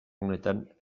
honetan